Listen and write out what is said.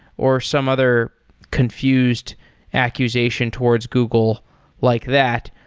or some other confused accusation towards google like that,